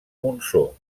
monsó